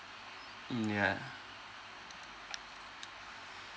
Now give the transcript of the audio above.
mm ya